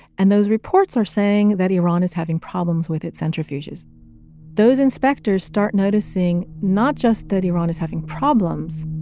and those reports are saying that iran is having problems with its centrifuges those inspectors start noticing not just that iran is having problems,